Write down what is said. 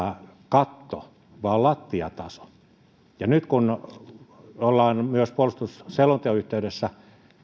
katto vaan lattiataso nyt kun ollaan myös puolustusselonteon yhteydessä